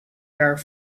jaar